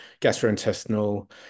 gastrointestinal